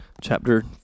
chapter